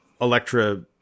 Electra